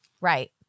Right